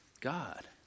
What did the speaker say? God